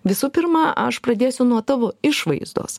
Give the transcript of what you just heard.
visų pirma aš pradėsiu nuo tavo išvaizdos